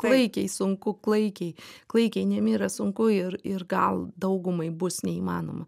klaikiai sunku klaikiai klaikiai nemira sunku ir ir gal daugumai bus neįmanoma